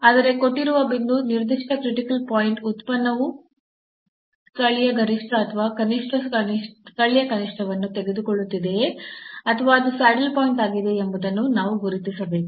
ಆದರೆ ಕೊಟ್ಟಿರುವ ಬಿಂದು ನಿರ್ದಿಷ್ಟ ಕ್ರಿಟಿಕಲ್ ಪಾಯಿಂಟ್ ಉತ್ಪನ್ನವು ಸ್ಥಳೀಯ ಗರಿಷ್ಠ ಸ್ಥಳೀಯ ಕನಿಷ್ಠವನ್ನು ತೆಗೆದುಕೊಳ್ಳುತ್ತಿದೆಯೇ ಅಥವಾ ಅದು ಸ್ಯಾಡಲ್ ಪಾಯಿಂಟ್ ಆಗಿದೆಯೇ ಎಂಬುದನ್ನು ನಾವು ಗುರುತಿಸಬೇಕು